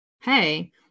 hey